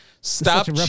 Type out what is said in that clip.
Stop